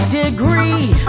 degree